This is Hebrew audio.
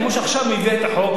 כמו שעכשיו היא מביאה את החוק,